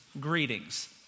greetings